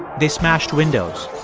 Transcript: they smashed windows.